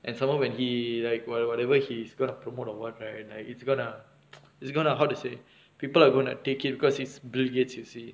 and some more when he like what whatever he's gonna promote or what right it's gonna it's gonna how to say people are gonna take it because it's bill gates you see